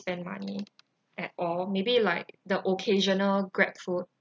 spend money at all maybe like the occasional grabfood